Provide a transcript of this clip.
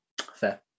Fair